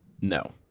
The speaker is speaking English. No